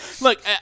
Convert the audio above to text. Look